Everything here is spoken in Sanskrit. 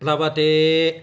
प्लवते